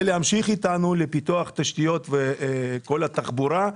ותמשיכו אתנו לפיתוח תשתיות כל התחבורה,